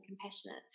compassionate